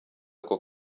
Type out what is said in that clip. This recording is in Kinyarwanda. ako